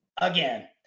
again